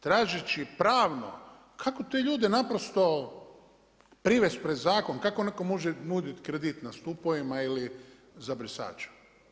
Tražeći pravno kako te ljude naprosto privest pred zakon, kako netko može nuditi kredit na stupovima ili za brisača.